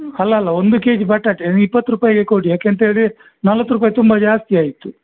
ಅಲ್ಲ ಅಲ್ಲ ಒಂದು ಕೆಜಿ ಬಟಾಟೆ ನೀವು ಇಪ್ಪತ್ತು ರೂಪಾಯಿಗೆ ಕೊಡಿ ಯಾಕಂತ ಹೇಳ್ದ್ರೆ ನಲ್ವತ್ತು ರೂಪಾಯಿ ತುಂಬ ಜಾಸ್ತಿ ಆಯಿತು